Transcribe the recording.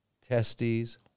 testes